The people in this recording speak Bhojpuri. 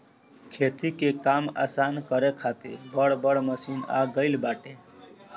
खेती के काम आसान करे खातिर बड़ बड़ मशीन आ गईल बाटे